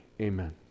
Amen